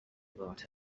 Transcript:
about